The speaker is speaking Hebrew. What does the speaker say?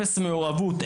אפס מעורבות,